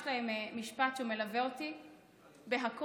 יש להם משפט שמלווה אותי בכול,